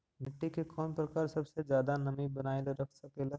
मिट्टी के कौन प्रकार सबसे जादा नमी बनाएल रख सकेला?